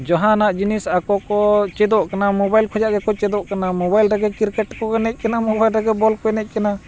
ᱡᱟᱦᱟᱱᱟᱜ ᱡᱤᱱᱤᱥ ᱟᱠᱚ ᱠᱚ ᱪᱮᱫᱚᱜ ᱠᱟᱱᱟ ᱢᱳᱵᱟᱭᱤᱞ ᱠᱷᱚᱱᱟᱜ ᱜᱮᱠᱚ ᱪᱮᱫᱚᱜ ᱠᱟᱱᱟ ᱢᱳᱵᱟᱭᱤᱞ ᱨᱮᱜᱮ ᱠᱤᱨᱠᱮᱴ ᱠᱚᱜᱮ ᱮᱱᱮᱡ ᱠᱟᱱᱟ ᱢᱳᱵᱟᱭᱤᱞ ᱨᱮᱜᱮ ᱵᱚᱞ ᱠᱚ ᱮᱱᱮᱡ ᱠᱟᱱᱟ